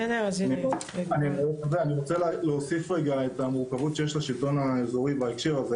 אני רוצה להוסיף את המורכבות שיש לשלטון האזורי בהקשר הזה